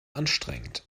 anstrengend